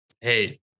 Hey